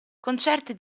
concerti